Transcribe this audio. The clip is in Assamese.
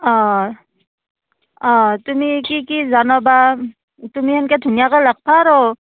অঁ অঁ তুমি কি কি জানা বা তুমি এনেকৈ ধুনীয়াকৈ লিখিবা আৰু